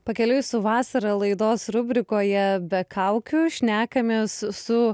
pakeliui su vasara laidos rubrikoje be kaukių šnekamės su